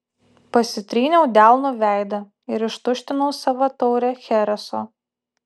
pasitryniau delnu veidą ir ištuštinau savo taurę chereso